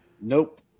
Nope